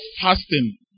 fasting